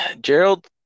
Gerald